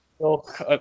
Look